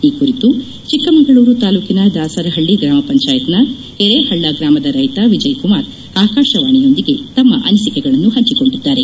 ಈ ಕುರಿತು ಚೆಕ್ಕಮಗಳೂರು ತಾಲೂಕಿನ ದಾಸರಹಳ್ಳಿ ಗ್ರಾಮ ಪಂಚಾಯತ್ನ ಎರೇಹಳ್ಳ ಗ್ರಾಮದ ರೈತ ವಿಜಯ್ಕುಮಾರ್ ಆಕಾಶವಾಣಿಯೊಂದಿಗೆ ತಮ್ಮ ಅನಿಸಿಕೆಗಳನ್ನು ಹಂಚಿಕೊಂಡಿದ್ದಾರೆ